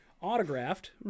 autographed